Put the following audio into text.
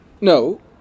No